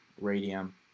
Radium